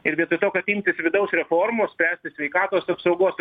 ir vietoj to kad imtis vidaus reformų spręsti sveikatos apsaugos